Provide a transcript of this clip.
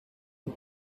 und